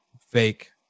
fake